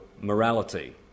morality